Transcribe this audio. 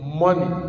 money